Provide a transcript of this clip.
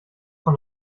von